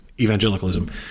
evangelicalism